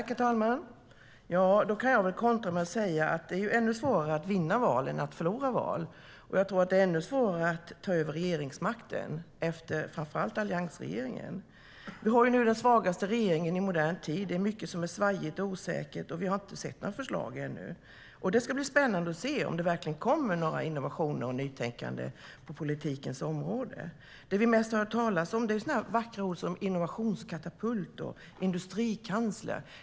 Herr talman! Jag kan kontra med att säga att det är ännu svårare att vinna val än att förlora val. Och jag tror att det är ännu svårare att ta över regeringsmakten, framför allt efter alliansregeringen. Vi har nu den svagaste regeringen i modern tid. Det är mycket som är svajigt och osäkert, och vi har ännu inte sett några förslag. Det ska bli spännande att se om det verkligen kommer några innovationer och något nytänkande på politikens område. Det som vi mest har hört talas om är vackra ord som innovationskatapult och industrikansler.